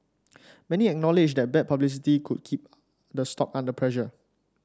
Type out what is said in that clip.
many acknowledge that bad publicity could keep the stock under pressure